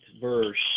verse